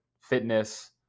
fitness